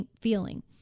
feeling